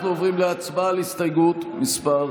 אנחנו עוברים להצבעה על הסתייגות מס'